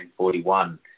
1941